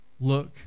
look